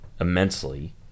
immensely